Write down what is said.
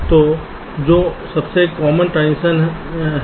तो जो सबसे कॉमन ट्रांजिशन हैं